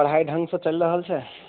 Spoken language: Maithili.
पढ़ाइ ढङ्गसँ चलि रहल छै